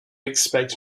expect